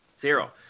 zero